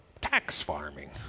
tax-farming